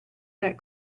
that